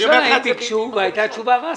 הם ביקשו והייתה תשובה רשמית.